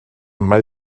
mae